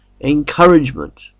encouragement